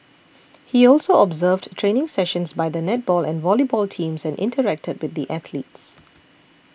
he also observed training sessions by the netball and volleyball teams and interacted with the athletes